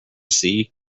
see